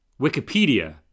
Wikipedia